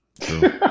True